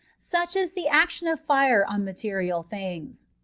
such is the action of fire on material things.